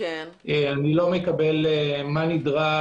אני לא מקבל מה נדרש.